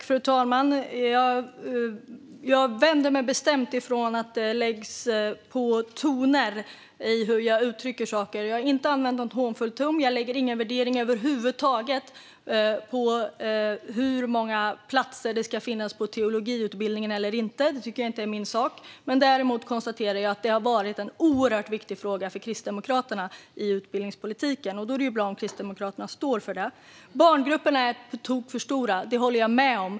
Fru talman! Jag vänder mig bestämt mot att det läggs på toner i hur jag uttrycker saker. Jag har inte använt någon hånfull ton. Jag lägger ingen värdering över huvud taget på hur många platser det ska finnas på teologiutbildningen eller inte. Det tycker jag inte är min sak. Däremot konstaterar jag att det har varit en oerhört viktig fråga för Kristdemokraterna i utbildningspolitiken. Då är det bra om Kristdemokraterna står för det. Barngrupperna är på tok för stora - det håller jag med om.